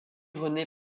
rené